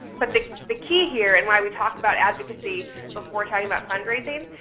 but the the key here, and why we talk about advocacy before talking about fundraising,